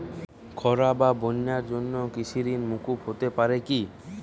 খরা বা বন্যার জন্য কৃষিঋণ মূকুপ হতে পারে কি?